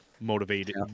motivated